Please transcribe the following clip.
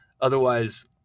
otherwise